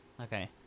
okay